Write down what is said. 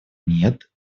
нет